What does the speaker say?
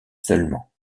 seulement